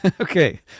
Okay